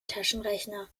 taschenrechner